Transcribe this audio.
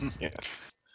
Yes